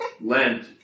lent